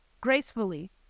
gracefully